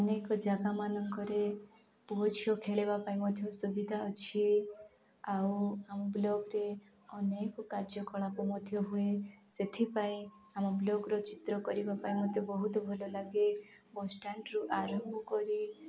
ଅନେକ ଜାଗାମାନଙ୍କରେ ପୁଅ ଝିଅ ଖେଳିବା ପାଇଁ ମଧ୍ୟ ସୁବିଧା ଅଛି ଆଉ ଆମ ବ୍ଲଗ୍ରେ ଅନେକ କାର୍ଯ୍ୟକଳାପ ମଧ୍ୟ ହୁଏ ସେଥିପାଇଁ ଆମ ବ୍ଲଗ୍ର ଚିତ୍ର କରିବା ପାଇଁ ମୋତେ ବହୁତ ଭଲ ଲାଗେ ବସ୍ ଷ୍ଟାଣ୍ଡରୁ ଆରମ୍ଭ କରି